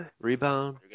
Rebound